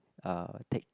uh take